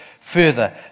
further